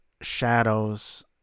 Shadows